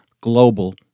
global